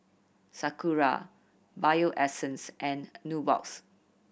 Sakura Bio Essence and Nubox